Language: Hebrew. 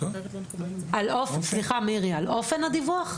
על אופן הדיווח?